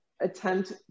attempt